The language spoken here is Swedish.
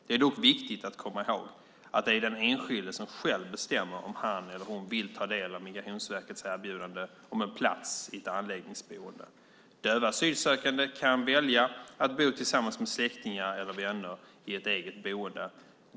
Det är dock viktigt att komma ihåg att det är den enskilde som själv bestämmer om han eller hon vill ta del av Migrationsverkets erbjudande om en plats i ett anläggningsboende. Döva asylsökande kan välja att bo tillsammans med släktingar eller vänner i ett eget boende.